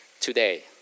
today